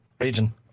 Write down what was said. region